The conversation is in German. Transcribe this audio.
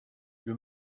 wir